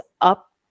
up